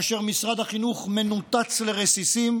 כאשר משרד החינוך מנותץ לרסיסים,